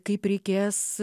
kaip reikės